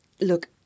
Look